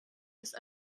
ist